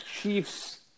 Chiefs –